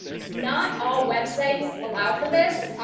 not all websites allow for this.